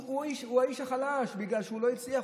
הוא האיש החלש כי הוא לא הצליח,